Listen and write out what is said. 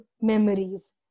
memories